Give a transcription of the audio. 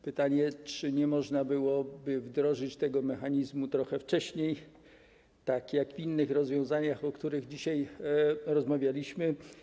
Pytanie, czy nie można byłoby wdrożyć tego mechanizmu trochę wcześniej, tak jak w przypadku innych rozwiązań, o których dzisiaj rozmawialiśmy.